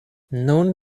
nun